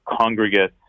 congregate